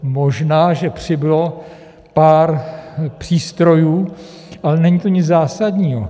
Možná že přibylo pár přístrojů, ale není to nic zásadního.